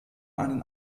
einen